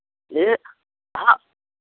లే